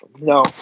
No